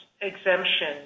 exemption